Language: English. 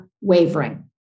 wavering